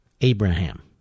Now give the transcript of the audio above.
Abraham